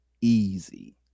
Easy